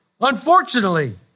Unfortunately